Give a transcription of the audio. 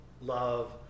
love